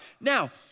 Now